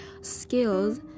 skills